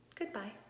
Goodbye